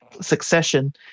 succession